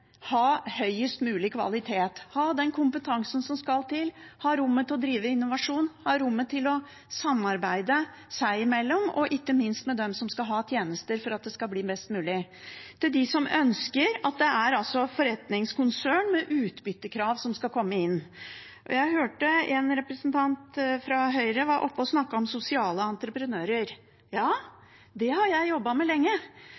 ha høyest mulig kvalitet, ha den kompetansen som skal til, ha rommet til å drive innovasjon, ha rommet til å samarbeide seg imellom og ikke minst med dem som skal ha tjenester, for at det skal bli best mulig. Til de som ønsker at forretningskonsern med utbyttekrav skal komme inn: Jeg hørte en representant fra Høyre var oppe og snakket om sosiale entreprenører. Det har jeg jobbet med lenge,